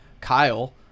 Kyle